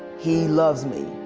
he loved me,